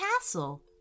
castle